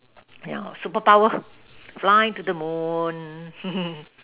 yeah superpower fly to the moon